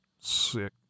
Sick